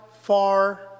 far